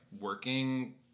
working